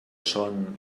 son